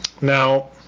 Now